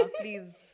please